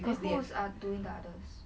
then who is ot~ doing the others